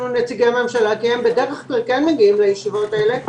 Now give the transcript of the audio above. נציגי ממשלה כי הם בדרך כלל כן מגיעים לישיבות האלה,